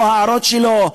לא את ההערות שלו,